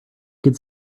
could